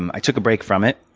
i took a break from it,